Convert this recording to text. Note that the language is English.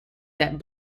that